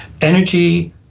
Energy